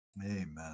Amen